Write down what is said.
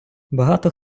багато